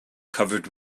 covered